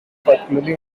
particularly